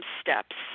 steps